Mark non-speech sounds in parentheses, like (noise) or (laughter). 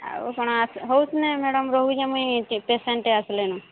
ଆଉ କ'ଣ ହଉ (unintelligible) ମ୍ୟାଡମ୍ ରହୁଛି ମୁଇଁ ପେସେଣ୍ଟ୍ଟେ ଆସିଲେଣି